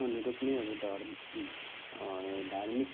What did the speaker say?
अनुरुप नै अब धर धार्मिक